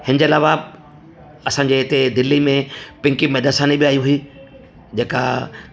हिनजे अलावा असांजे हिते दिल्ली में पिंकी मेदासानी बि आई हुई जेका